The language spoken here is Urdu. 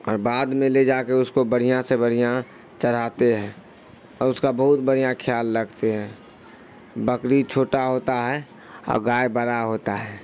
اور بعد میں لے جا کے اس کو بڑھیا سے بڑھیا چڑھاتے ہیں اور اس کا بہت بڑھیا خیال رکھتے ہیں بکری چھوٹا ہوتا ہے اور گائے بڑا ہوتا ہے